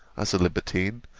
as a libertine,